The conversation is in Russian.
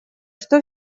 что